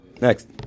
Next